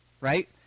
right